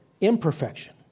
imperfection